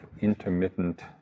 intermittent